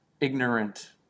Ignorant